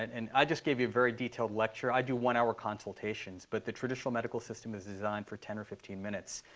and i just gave you a very detailed lecture. i do one-hour consultations. but the traditional medical system is designed for ten or fifteen minutes.